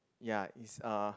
ya it's a